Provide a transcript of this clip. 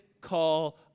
call